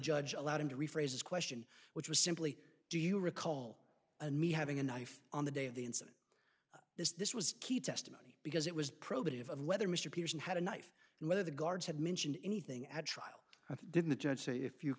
judge allowed him to rephrase this question which was simply do you recall and me having a knife on the day of the incident this was key testimony because it was probative of whether mr peterson had a knife and whether the guards had mentioned anything at trial didn't the judge say if you